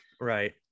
right